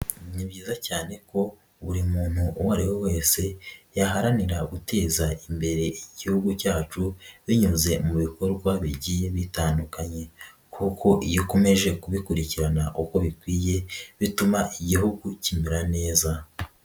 Ni byiza cyane ko buri muntu uwo ari we wese yaharanira guteza imbere igihugu cyacu, binyuze mu bikorwa bigiye bitandukanye kuko iyo ukomeje kubikurikirana uko bikwiye bituma Igihugu kimera neza.